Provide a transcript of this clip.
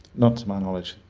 not to my knowledge.